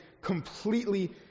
completely